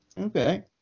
Okay